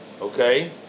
okay